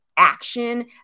action